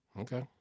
Okay